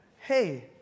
hey